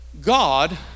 God